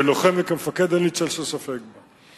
כלוחם וכמפקד, אין צל של ספק בה.